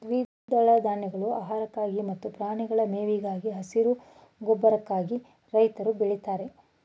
ದ್ವಿದಳ ಧಾನ್ಯಗಳು ಆಹಾರಕ್ಕಾಗಿ ಮತ್ತು ಪ್ರಾಣಿಗಳ ಮೇವಿಗಾಗಿ, ಹಸಿರು ಗೊಬ್ಬರಕ್ಕಾಗಿ ರೈತ್ರು ಬೆಳಿತಾರೆ